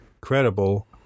credible